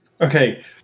Okay